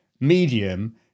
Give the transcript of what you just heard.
medium